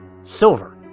Silver